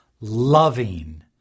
loving